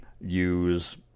use